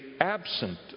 absent